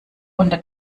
unter